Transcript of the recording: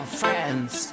friends